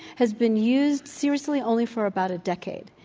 has been used, seriously, only for about a decade,